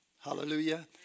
Hallelujah